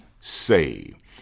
saved